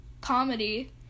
comedy